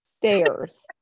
stairs